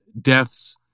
deaths